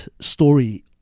story